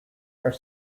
are